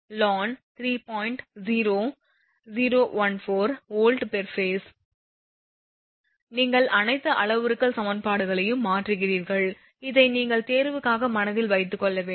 014 𝑉 𝑝ℎ𝑎𝑠𝑒 நீங்கள் அனைத்து அளவுருக்கள் சமன்பாடுகளையும் மாற்றுகிறீர்கள் இதை நீங்கள் தேர்வுக்காக மனதில் வைத்துக்கொள்ள வேண்டும்